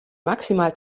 maximal